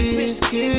whiskey